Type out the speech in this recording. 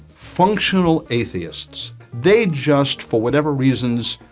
functional atheists they just for whatever reasons